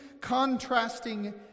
contrasting